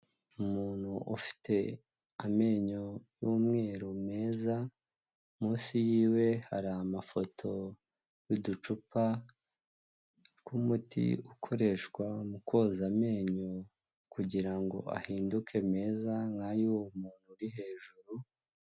Umuntu ufite amenyo y’umweru meza, munsi yiwe hari amafoto y'uducupa tw’umuti ukoreshwa mu koza amenyo kugira ngo ahinduke meza nkay’uwo muntu uri hejuru.